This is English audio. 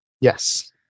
Yes